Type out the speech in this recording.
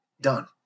done